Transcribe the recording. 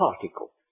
particle